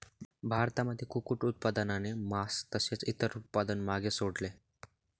भारतामध्ये कुक्कुट उत्पादनाने मास तसेच इतर उत्पादन मागे सोडले